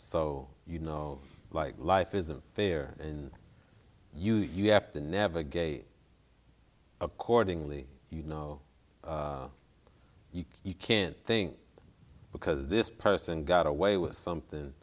so you know like life isn't fair and you you have to navigate accordingly you know you can't think because this person got away with something